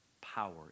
power